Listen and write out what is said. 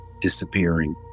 disappearing